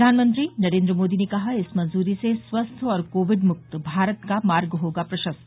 प्रधानमंत्री नरेन्द्र मोदी ने कहा इस मंजूरी से स्वस्थ और कोविड मुक्त भारत का मार्ग होगा प्रशस्त